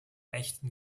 echten